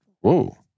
whoa